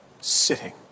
Sitting